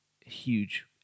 huge